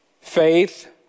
faith